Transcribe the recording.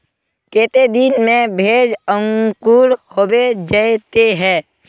केते दिन में भेज अंकूर होबे जयते है?